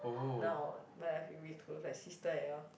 now really close like sister like that orh